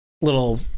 little